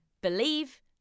believe